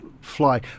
fly